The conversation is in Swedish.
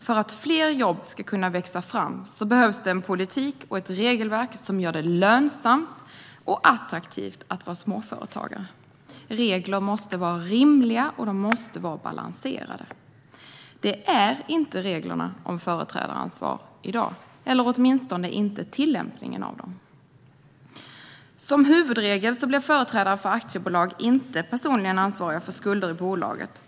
För att fler jobb ska kunna växa fram behövs en politik och ett regelverk som gör det lönsamt och attraktivt att vara småföretagare. Regler måste vara rimliga och balanserade. Det är inte reglerna om företrädaransvar i dag, åtminstone inte tillämpningen av dem. Som huvudregel blir företrädare för ett aktiebolag inte personligen ansvariga för skulder i bolaget.